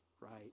right